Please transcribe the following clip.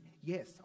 yes